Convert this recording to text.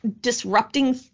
disrupting